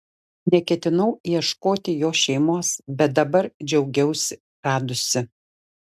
neketinau ieškoti jo šeimos bet dabar džiaugiausi radusi